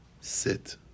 sit